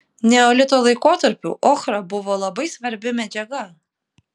neolito laikotarpiu ochra buvo labai svarbi medžiaga